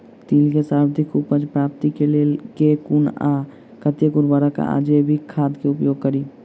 तिल केँ सर्वाधिक उपज प्राप्ति केँ लेल केँ कुन आ कतेक उर्वरक वा जैविक खाद केँ उपयोग करि?